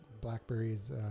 Blackberries